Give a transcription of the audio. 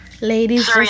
ladies